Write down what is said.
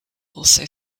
also